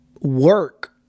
work